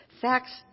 facts